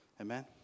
Amen